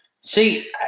See